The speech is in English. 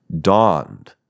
dawned